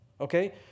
Okay